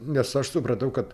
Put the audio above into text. nes aš supratau kad